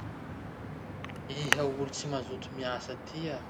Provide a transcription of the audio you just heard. Iha olo tsy mazoto miasa tia.